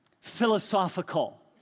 philosophical